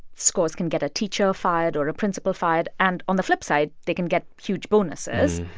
scores can get a teacher fired or a principal fired. and on the flip side, they can get huge bonuses.